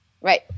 Right